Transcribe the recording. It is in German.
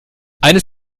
eines